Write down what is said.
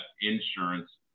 insurance